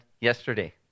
yesterday